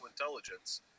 intelligence